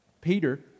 Peter